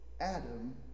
Adam